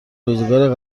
روزگار